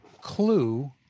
clue